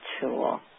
tool